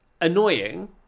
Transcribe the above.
annoying